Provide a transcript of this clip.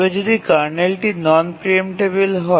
তবে যদি কার্নেলটি নন প্রিএম্পটেবিল হয়